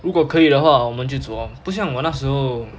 如果可以的话我们就走 lor 不像我那时候